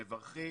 אנחנו מברכים,